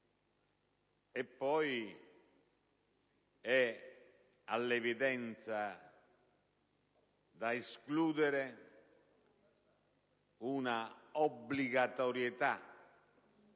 Poi è all'evidenza da escludere una obbligatorietà